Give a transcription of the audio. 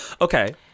Okay